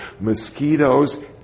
mosquitoes